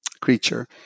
creature